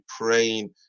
praying